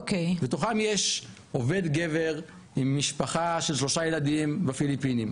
מתוכם יש עובד גבר עם משפחה של שלושה ילדים בפיליפינים,